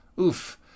Oof